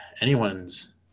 anyone's